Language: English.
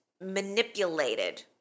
manipulated